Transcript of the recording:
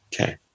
okay